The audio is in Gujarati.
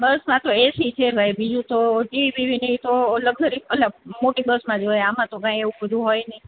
બસમાં તો એસી છે ભાઈ બીજું તો જેવી તેવી નહીં તો લક્ઝરીસ અલગ મોટી બસમાં જવાય આમાં તો કાંઈ એવું બધું હોય નહીં